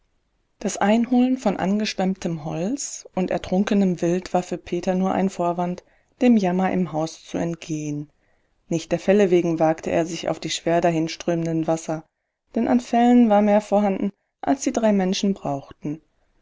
das einholen von angeschwemmtem holz und ertrunkenem wild war für peter nur ein vorwand dem jammer im haus zu entgehen nicht der felle wegen wagte er sich auf die schwer dahinströmenden wasser denn an fellen war mehr vorhanden als die drei menschen brauchten